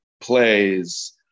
plays